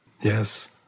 Yes